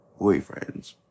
boyfriends